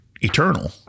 eternal